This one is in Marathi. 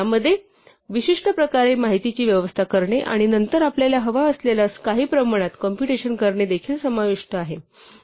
यामध्ये विशिष्ट प्रकारे माहितीची व्यवस्था करणे आणि नंतर आपल्याला हव्या असलेल्या काही प्रमाणात कॉम्पुटेशन करणे देखील समाविष्ट आहे